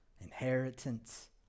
inheritance